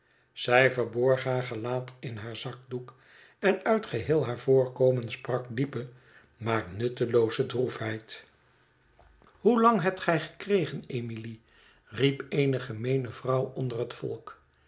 zij verborg haar gelaat in haar zakdoek en uit geheel haar voorkomen sprak diepe maar nuttelooze droefheid hoelang hebt gij gekregen emilie riep eene gemeene vrouw onder het volk